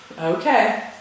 Okay